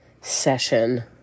session